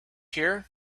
here